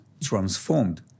transformed